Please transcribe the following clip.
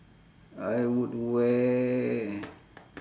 I would wear